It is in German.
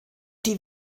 die